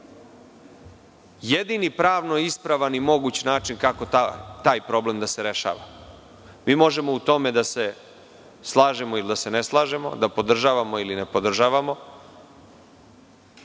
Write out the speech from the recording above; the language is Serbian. jedini pravno ispravan i moguć način kako taj problem da se rešava. Možemo u tome da se slažemo ili da se ne slažemo, da podržavamo ili ne podržavamo,